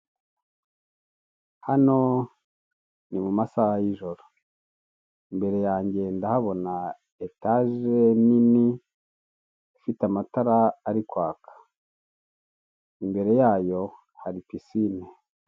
Hano ni mu masaha y'ijoro imbere yanjye ndahabona etaje nini ifite amatara ari kwaka imbere yayo hari pisicine.